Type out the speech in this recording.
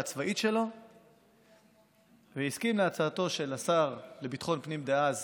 הצבאית שלו והסכים להצעתו של השר לביטחון פנים דאז